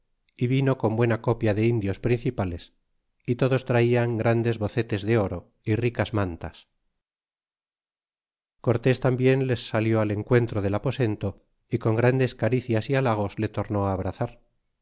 é vino con buena copia de indios principales y todos traian grandes bozetes de oro é ricas mantas y cortés tambien les salió al encuentro del aposento y con grandes caricias y halagos le tornó á abrazar